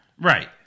Right